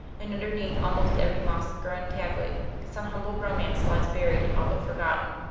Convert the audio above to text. and underneath almost every moss-grown tablet some humble romance lies buried and all but forgotten.